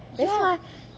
ya